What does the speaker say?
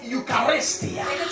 Eucharistia